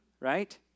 right